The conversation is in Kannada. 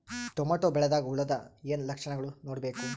ಟೊಮೇಟೊ ಬೆಳಿದಾಗ್ ಹುಳದ ಏನ್ ಲಕ್ಷಣಗಳು ನೋಡ್ಬೇಕು?